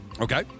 Okay